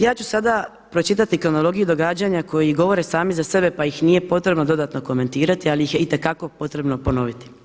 Ja ću sada pročitati kronologiju događaja koji govore sami za sebe pa ih nije potrebno dodatno komentirati ali ih je itekako potrebno ponoviti.